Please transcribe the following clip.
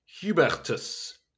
hubertus